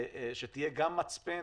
שתהיה גם מצפן